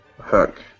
hook